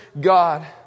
God